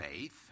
faith